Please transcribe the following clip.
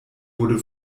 wurde